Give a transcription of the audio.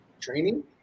training